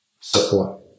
support